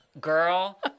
Girl